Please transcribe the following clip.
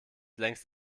längst